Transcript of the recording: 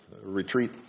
retreat